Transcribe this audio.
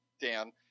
Dan